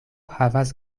havas